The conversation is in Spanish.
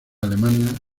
alemania